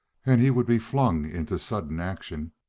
and he would be flung into sudden action,